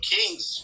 Kings